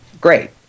great